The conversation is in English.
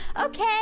Okay